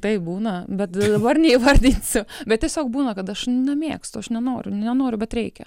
taip būna bet dabar neįvardinsiu bet tiesiog būna kad aš nemėgstu aš nenoriu nenoriu bet reikia